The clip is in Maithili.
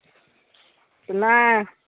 नहि